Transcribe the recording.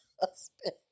husband